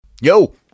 Yo